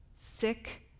sick